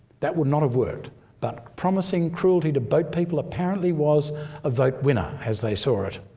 that would not have worked, but promising cruelty to boat people apparently was a vote-winner as they saw it.